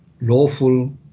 lawful